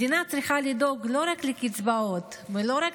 מדינה צריכה לדאוג לא רק לקצבאות ולא רק